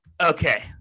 okay